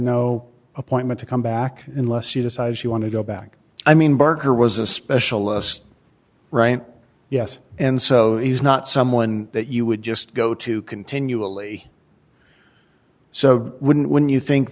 no appointment to come back unless she decides she want to go back i mean barker was a specialist right yes and so he's not someone that you would just go to continually so wouldn't when you think